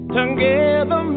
Together